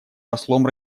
послом